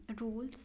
rules